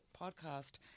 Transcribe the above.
podcast